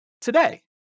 today